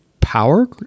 power